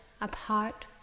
apart